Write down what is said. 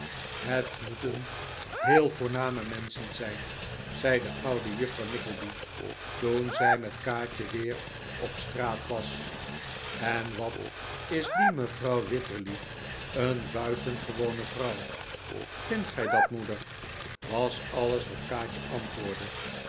het moeten heel voorname menschen zijn zei de oude juffrouw nickleby toen zij met kaatje weer op straat was en wat is die mevrouw wititterly een buitengewone vrouw vindt gij da t moeder was alles wat kaatje antwoordde